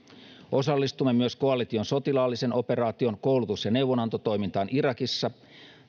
osallistumme myös koalition sotilaallisen operaation koulutus ja neuvonantotoimintaan irakissa